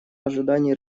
ожиданий